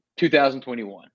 2021